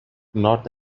north